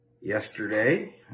yesterday